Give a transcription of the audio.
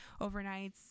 overnights